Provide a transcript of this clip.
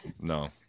no